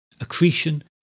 accretion